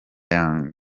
young